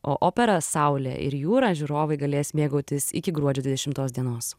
o opera saulė ir jūra žiūrovai galės mėgautis iki gruodžio dvidešimtos dienos